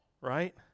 right